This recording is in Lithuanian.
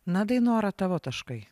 na dainora tavo taškai